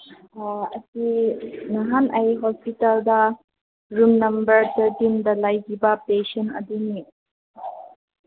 ꯑꯣ ꯑꯁꯤ ꯅꯍꯥꯟ ꯑꯩ ꯍꯣꯁꯄꯤꯇꯥꯜꯗ ꯔꯨꯝ ꯅꯝꯕꯔ ꯊꯥꯔꯇꯤꯟ ꯂꯩꯈꯤꯕ ꯄꯦꯁꯦꯟ ꯑꯗꯨꯅꯤ